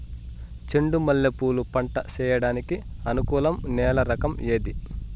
చెండు మల్లె పూలు పంట సేయడానికి అనుకూలం నేల రకం ఏది